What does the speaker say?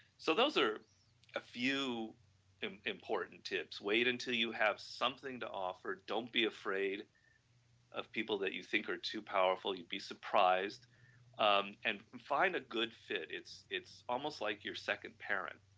so those are few important tips wait until you have something to offer don't be afraid of people that you think are too powerful, you will be surprised um and find a good fit it's it's almost like your second parent,